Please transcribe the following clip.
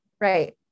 Right